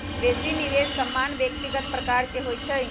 बेशी निवेश सामान्य व्यक्तिगत प्रकार के होइ छइ